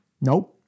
Nope